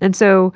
and so